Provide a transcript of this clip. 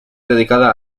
dedicada